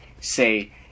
say